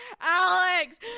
Alex